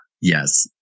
Yes